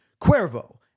Cuervo